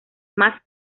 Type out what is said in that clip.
más